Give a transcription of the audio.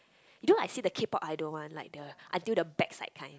you know I see the K-pop idol one like the until the backside kind